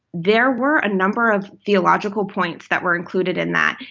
there were a number of theological points that were included in that,